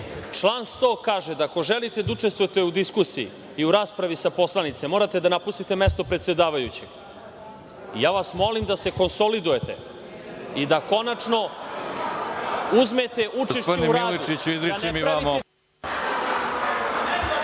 Član 100. kaže – ako želite da učestvujete u diskusiji i u raspravi sa poslanicima, morate da napustite mesto predsedavajućeg. Ja vas molim da se konsolidujete i da konačno uzmete učešće u raspravi… **Veroljub Arsić**